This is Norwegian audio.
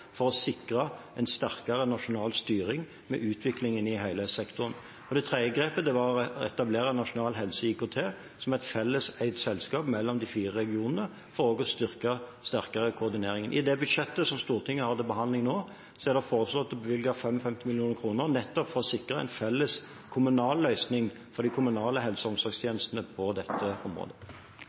for å sikre en sterkere nasjonal styring med utviklingen i hele sektoren. Det tredje grepet var å etablere Nasjonal IKT HF som et felles eid selskap mellom de fire regionene, for også å sikre en sterkere koordinering. I det budsjettet som Stortinget har til behandling nå, er det foreslått å bevilge 55 mill. kr, nettopp for å sikre en felles kommunal løsning for de kommunale helse- og omsorgstjenestene på dette området.